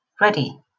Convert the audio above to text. Ready